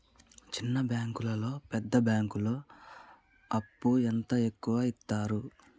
చిన్న బ్యాంకులలో పెద్ద బ్యాంకులో అప్పు ఎంత ఎక్కువ యిత్తరు?